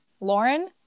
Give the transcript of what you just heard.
Lauren